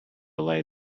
lay